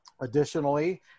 Additionally